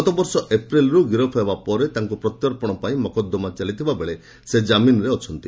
ଗତବର୍ଷ ଏପ୍ରିଲରୁ ଗିରଫ ହେବା ପରେ ତାଙ୍କୁ ପ୍ରତ୍ୟାର୍ପଣ ପାଇଁ ମକଦ୍ଦମା ଚାଲିଥିବାବେଳେ ସେ ଜାମିନରେ ଅଛନ୍ତି